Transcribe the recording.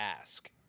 ask